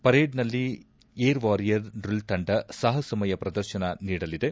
ಪೆರೇಡ್ನಲ್ಲಿ air warrior drill ತಂಡ ಸಾಹಸಮಯ ಪ್ರದರ್ಶನ ನೀಡಲಿದೆ